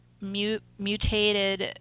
mutated